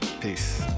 Peace